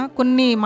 Kunni